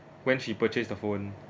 when she purchased the phone